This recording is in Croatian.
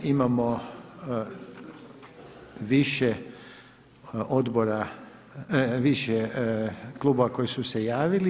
Imamo više odbora, više kluba koji su se javili.